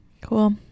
Cool